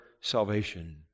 salvation